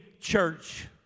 church